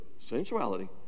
sensuality